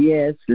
Yes